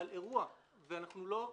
על אירוע, ואנחנו לא אפקטיביים,